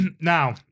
Now